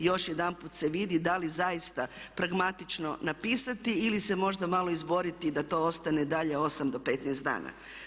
Još jedanput se vidi da li zaista pragmatično napisati ili se možda malo izboriti da to ostane dalje 8-15 dana.